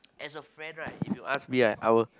as a friend right if you ask me right I will